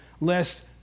lest